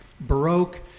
baroque